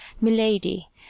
milady